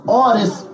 artist